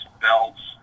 belts